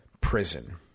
prison